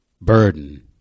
burden